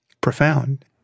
profound